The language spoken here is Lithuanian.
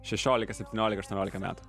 šešiolika septyniolika aštuoniolika metų